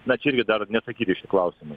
na čia irgi dar neatsakyti klausimai